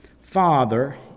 Father